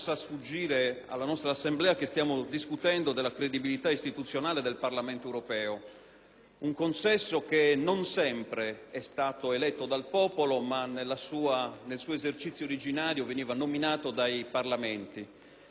un consesso che non sempre è stato eletto dal popolo, visto che nel suo esercizio originario veniva nominato dai Parlamenti nazionali. Credo nel Parlamento europeo eletto dal popolo e nella sua credibilità. Sono conscio, però,